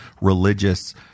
religious